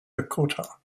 dakota